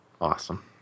awesome